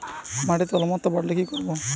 মাটিতে অম্লত্ব বাড়লে কি করব?